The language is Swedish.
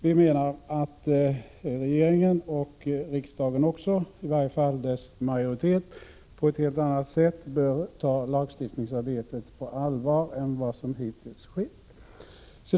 Vi menar att regeringen och också riksdagen — i varje fall dess majoritet — på ett helt annat sätt bör ta lagstiftningsarbetet på allvar än vad som hittills varit fallet.